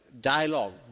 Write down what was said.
dialogue